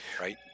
Right